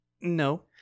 No